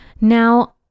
Now